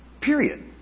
Period